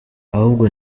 ahubwo